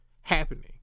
happening